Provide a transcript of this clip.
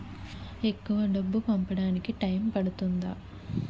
ఎక్కువ డబ్బు పంపడానికి టైం పడుతుందా?